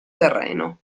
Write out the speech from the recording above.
terreno